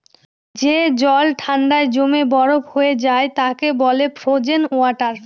যে জল ঠান্ডায় জমে বরফ হয়ে যায় তাকে বলে ফ্রোজেন ওয়াটার